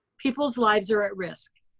people's lives are at risk.